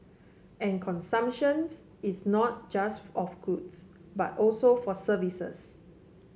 and consumptions is not just of goods but also for services